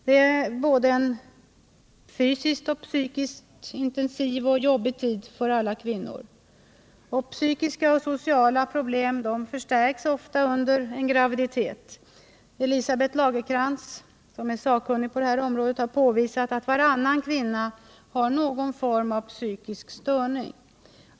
Det är en både fysiskt och psykiskt intensiv och jobbig tid för alla kvinnor. Psykiska och sociala problem förstärks ofta under en graviditet. E. La gercrantz, som är sakkunnig på detta område, har påvisat att varannan kvinna har någon form av psykisk störning.